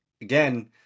again